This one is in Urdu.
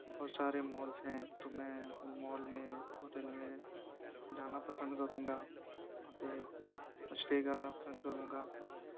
بہت سارے مالس ہیں تو میں ان مال میں ہوٹل میں جانا پسند کروں گا وہاں پہ اسٹے کرنا پسند کروں گا